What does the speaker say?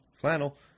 Flannel